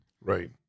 Right